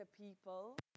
people